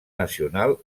nacional